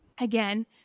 again